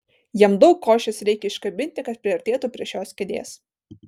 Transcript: jam daug košės reikia iškabinti kad priartėtų prie šios kėdės